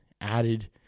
added